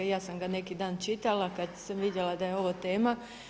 I ja sam ga neki dan čitala kada sam vidjela da je ovo tema.